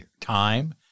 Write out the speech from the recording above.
time